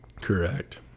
correct